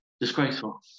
Disgraceful